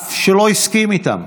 אף שלא הסכים איתם.